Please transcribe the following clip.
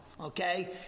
Okay